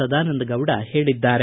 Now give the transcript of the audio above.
ಸದಾನಂದಗೌಡ ಹೇಳದ್ದಾರೆ